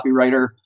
copywriter